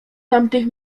tamtych